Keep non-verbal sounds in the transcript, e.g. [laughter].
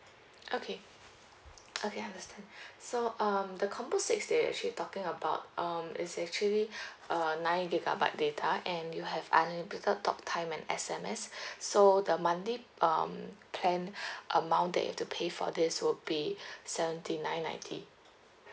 okay [noise] okay understand so um the combo six they're actually talking about um is actually [breath] uh nine gigabyte data and you have unlimited talktime and S_M_S [breath] so the monthly um plan [breath] amount that you have to pay for this would be [breath] seventy nine ninety